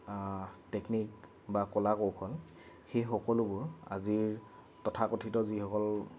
technique বা কলা কৌশল সেই সকলোবোৰ আজিৰ তথাকথিত যিসকল